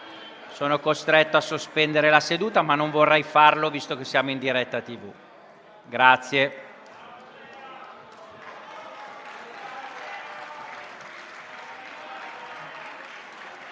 sarò costretto a sospendere la seduta e non vorrei farlo, visto che siamo in diretta TV.